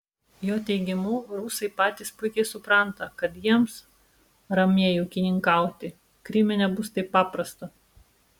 jo teigimu rusai patys puikiai supranta kad jiems ramiai ūkininkauti kryme nebus taip paprasta